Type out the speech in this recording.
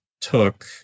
took